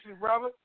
brother